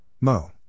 Mo